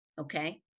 okay